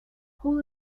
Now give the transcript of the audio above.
hall